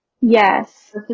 yes